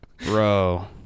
Bro